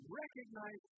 recognize